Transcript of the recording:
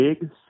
big